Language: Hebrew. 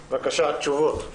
בבקשה, תשובות.